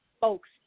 folks